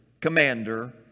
commander